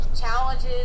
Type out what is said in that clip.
challenges